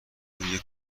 روی